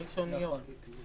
הראשוניות.